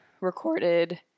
recorded